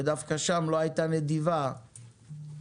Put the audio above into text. ודווקא שם לא הייתה נדיבה בתעריף,